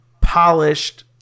polished